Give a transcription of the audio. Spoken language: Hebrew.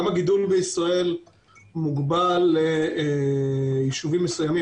גם הגידול בישראל מוגבל ליישובים מסוימים